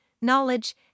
knowledge